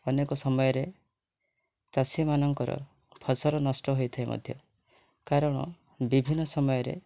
ଅନେକ ସମୟରେ ଚାଷୀ ମାନଙ୍କର ଫସଲ ନଷ୍ଟ ହୋଇଥାଏ ମଧ୍ୟ କାରଣ ବିଭିନ୍ନ ସମୟରେ